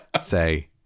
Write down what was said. Say